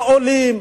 לעולים,